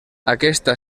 aquesta